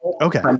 Okay